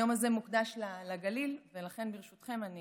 היום הזה מוקדש לגליל, ולכן ברשותכם אני